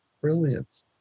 Brilliant